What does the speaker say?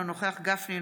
אינו נוכח משה גפני,